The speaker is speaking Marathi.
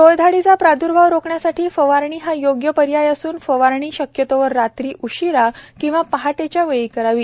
टोळधाडीचा प्रादुर्भाव रोखण्यासाठी फवारणी हा योग्य पर्याय असून फवारणी शक्यतोवर रात्री उशीरा किंवा पहाटेच्या वेळी करावी